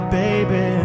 baby